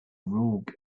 rogue